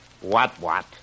what-what